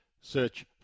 Search